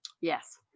Yes